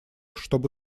чтобы